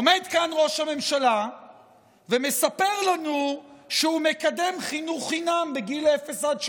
עומד כאן ראש הממשלה ומספר לנו שהוא מקדם חינוך חינם מגיל אפס עד שלוש,